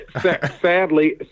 Sadly